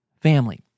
family